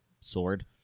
sword